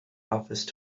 office